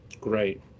Great